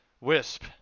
Wisp